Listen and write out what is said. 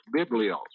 biblios